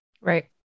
Right